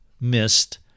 missed